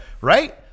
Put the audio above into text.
right